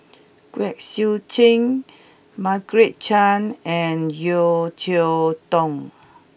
Kwek Siew Jin Margaret Chan and Yeo Cheow Tong